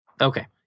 Okay